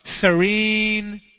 serene